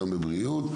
וגם בבריאות,